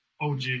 OG